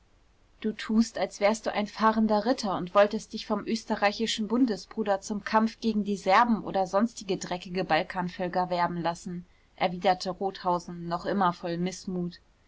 du tust als wärst du ein fahrender ritter und wolltest dich vom österreichischen bundesbruder zum kampf gegen die serben und sonstige dreckige balkanvölker werben lassen erwiderte rothausen noch immer voll mißmut